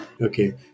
Okay